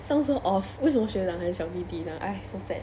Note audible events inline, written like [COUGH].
sounds so off 为什么学长还是小弟弟这样 [NOISE] so sad